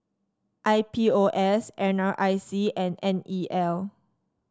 I P O S N R I C and N E L